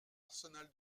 arsenal